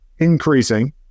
increasing